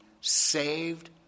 saved